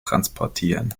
transportieren